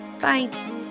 bye